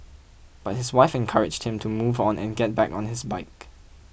but his wife encouraged him to move on and get back on his bike